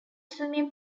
swimming